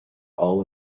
all